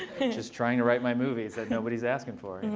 just trying to write my movies that nobody's asking for.